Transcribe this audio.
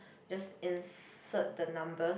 just insert the number